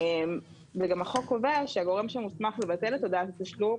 וגם החוק קובע שהגורם שמוסמך לבטל את הודעת התשלום